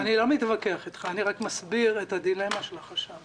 אני רק מסביר את הדילמה של החשב.